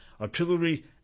artillery